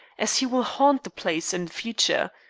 as he will haunt the place in future.